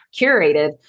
curated